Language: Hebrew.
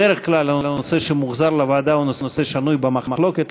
בדרך כלל הנושא שמוחזר לוועדה הוא נושא שנוי במחלוקת,